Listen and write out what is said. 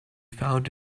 found